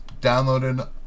downloaded